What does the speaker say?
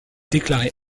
déclaré